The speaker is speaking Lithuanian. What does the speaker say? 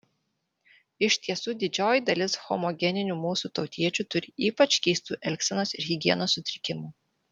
iš tiesų didžioji dalis homogeninių mūsų tautiečių turi ypač keistų elgsenos ir higienos sutrikimų